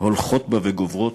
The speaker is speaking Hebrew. הולכות בה וגוברות?